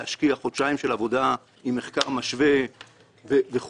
להשקיע חודשיים של עבודה ומחקר משווה וכולי.